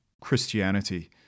Christianity